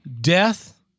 death